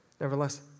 Nevertheless